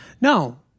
No